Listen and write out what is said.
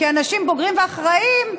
כאנשים בוגרים ואחראים,